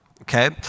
okay